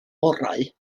orau